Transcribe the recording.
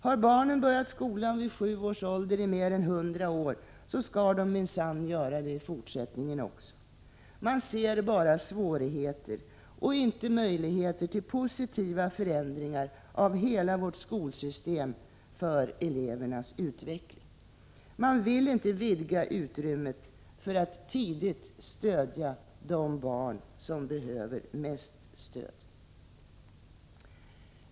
Har barnen börjat skolan vid sju års ålder i mer än hundra år skall de minsann göra det i fortsättningen också. Man ser bara svårigheter och inte möjligheter till positiva förändringar av hela vårt skolsystem för elevernas utveckling. Man vill inte vidga utrymmet för att tidigt stödja de barn som behöver mest stöd.